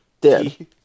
Dead